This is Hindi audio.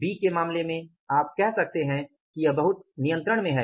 B के मामले में आप कह सकते है कि यह बहुत नियंत्रण में हैं